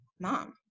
mom